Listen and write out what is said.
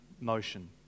motion